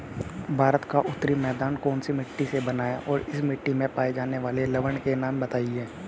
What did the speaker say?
भारत का उत्तरी मैदान कौनसी मिट्टी से बना है और इस मिट्टी में पाए जाने वाले लवण के नाम बताइए?